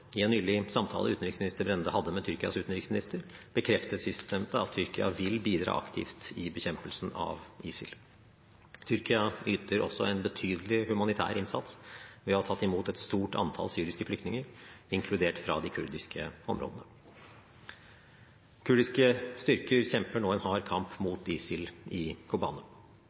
I en nylig samtale utenriksminister Brende hadde med Tyrkias utenriksminister bekreftet sistnevnte at Tyrkia vil bidra aktivt i bekjempelsen av ISIL. Tyrkia yter også en betydelig humanitær innsats ved å ha tatt imot et stort antall syriske flyktninger, inkludert fra de kurdiske områdene. Kurdiske styrker kjemper nå en hard kamp mot ISIL i